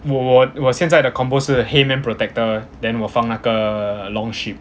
我我我现在的 combo 是 heymann protector then 我放那个 long ship